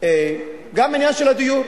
גם בעניין של הדיור,